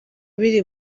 biri